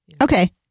Okay